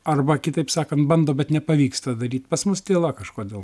arba kitaip sakant bando bet nepavyksta daryt pas mus tyla kažkodėl